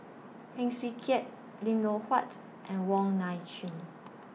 Heng Swee Keat Lim Loh Huat and Wong Nai Chin